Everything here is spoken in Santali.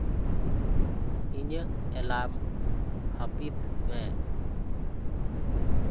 ᱤᱧᱟᱹᱜ ᱮᱞᱟᱨᱢ ᱦᱟᱹᱯᱤᱫ ᱢᱮ